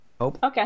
Okay